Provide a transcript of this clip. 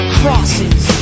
crosses